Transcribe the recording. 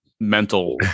mental